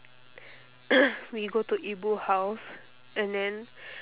we go to ibu house and then